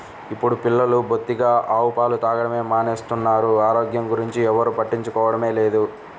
ఇప్పుడు పిల్లలు బొత్తిగా ఆవు పాలు తాగడమే మానేస్తున్నారు, ఆరోగ్యం గురించి ఎవ్వరు పట్టించుకోవడమే లేదు